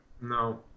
No